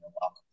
welcome